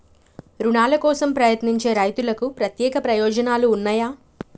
రుణాల కోసం ప్రయత్నించే రైతులకు ప్రత్యేక ప్రయోజనాలు ఉన్నయా?